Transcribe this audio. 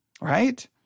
Right